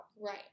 Right